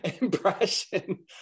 impression